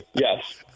Yes